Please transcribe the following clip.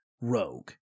rogue